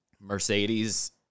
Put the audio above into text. Mercedes